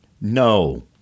No